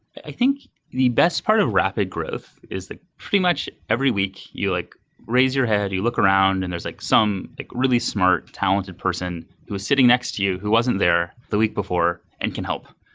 i think the best part of rapid growth is like pretty much every week you like raise your head, you look around and there's like some like really smart, talented person who is sitting next to you who wasn't there the week before and can help.